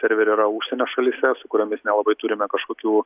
serveriai yra užsienio šalyse su kuriomis nelabai turime kažkokių